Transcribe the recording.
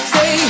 Say